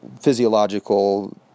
physiological